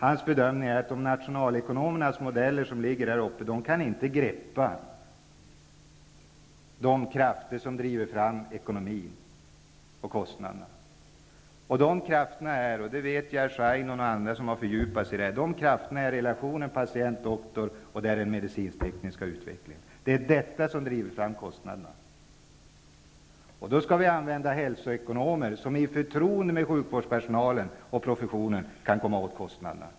Hans bedömning är att nationalekonomernas modeller inte kan greppa de krafter som driver fram ekonomin och kostnaderna. Dessa krafter är -- jag vet att Jerzy Einhorn och andra har fördjupat sig i de frågorna -- relationen patient--doktor och den medicinsk-tekniska utvecklingen. Det är dessa krafter som driver fram kostnaderna. Hälsoekonomer skall i förtroende med sjukvårdspersonalen och professionen komma åt kostnaderna.